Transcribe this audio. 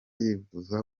yivuza